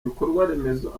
ibikorwaremezo